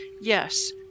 Yes